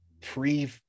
pre